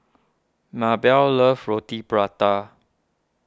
Maybell loves Roti Prata